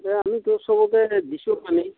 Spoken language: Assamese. এ আমি তো সবকে দিছোঁ পানী